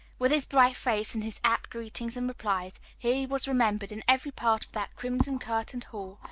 with his bright face, and his apt greetings and replies, he was remembered in every part of that crimson-curtained hall,